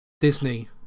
Disney